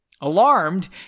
Alarmed